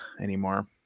anymore